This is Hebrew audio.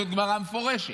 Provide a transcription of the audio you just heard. זו גמרא מפורשת,